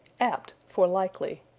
apt for likely.